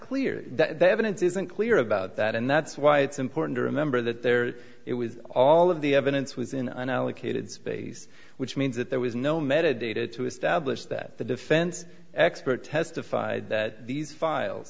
it isn't clear about that and that's why it's important to remember that there it was all of the evidence was in unallocated space which means that there was no metadata to establish that the defense expert testified that these files